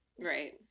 right